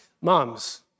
moms